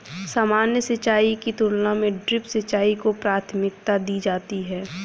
सामान्य सिंचाई की तुलना में ड्रिप सिंचाई को प्राथमिकता दी जाती है